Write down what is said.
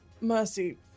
Mercy